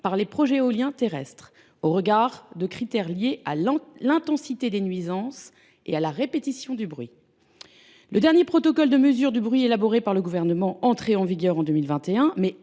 par les projets éoliens terrestres, au regard de critères liés à l’intensité des nuisances et à la répétition des bruits. Le dernier protocole de mesure du bruit élaboré par le Gouvernement, entré en vigueur en 2021,